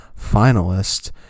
finalist